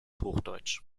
hochdeutsch